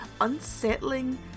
unsettling